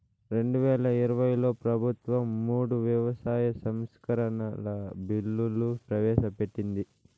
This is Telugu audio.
రెండువేల ఇరవైలో ప్రభుత్వం మూడు వ్యవసాయ సంస్కరణల బిల్లులు ప్రవేశపెట్టింది